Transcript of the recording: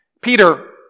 Peter